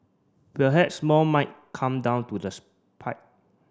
perhaps more might come down to the pike